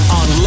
on